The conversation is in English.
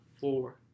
four